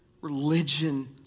Religion